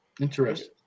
Interesting